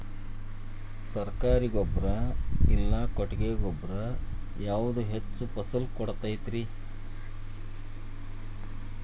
ಸರ್ಕಾರಿ ಗೊಬ್ಬರ ಇಲ್ಲಾ ಕೊಟ್ಟಿಗೆ ಗೊಬ್ಬರ ಯಾವುದು ಹೆಚ್ಚಿನ ಫಸಲ್ ಕೊಡತೈತಿ?